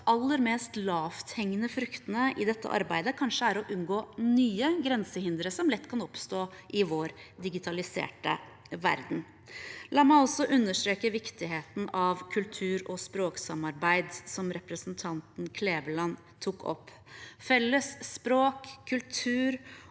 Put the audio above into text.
aller mest lavthengende fruktene i dette arbeidet kanskje er å unngå nye grensehindre, som lett kan oppstå i vår digitaliserte verden. La meg også understreke viktigheten av kultur- og språksamarbeid, som representanten Kleveland tok opp. Felles språk, kultur